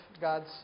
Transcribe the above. God's